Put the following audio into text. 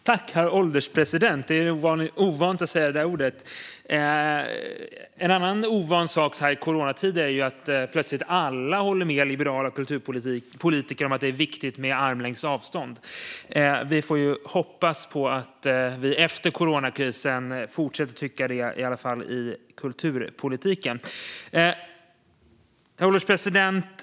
Herr ålderspresident! En ovan sak i coronatider är att alla plötsligt håller med liberala kulturpolitiker om att det är viktigt med armlängds avstånd. Vi får hoppas att detta fortsätter efter coronakrisen, i alla fall i kulturpolitiken. Herr ålderspresident!